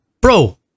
bro